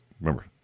remember